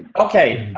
ok,